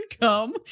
come